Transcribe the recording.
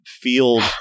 field